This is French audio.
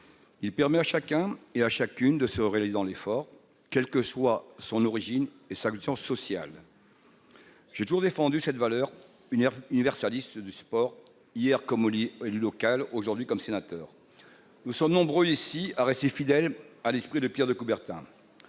Il permet à chacune et à chacun de se réaliser par l'effort, quelles que soient son origine et sa condition sociale. J'ai toujours défendu cette valeur universaliste du sport, hier comme élu local, aujourd'hui comme sénateur. Nous sommes nombreux ici à rester fidèles à l'esprit de Pierre de Coubertin.